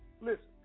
listen